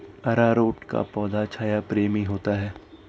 अरारोट का पौधा छाया प्रेमी होता है